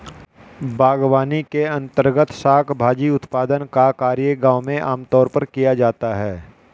बागवानी के अंर्तगत शाक भाजी उत्पादन का कार्य गांव में आमतौर पर किया जाता है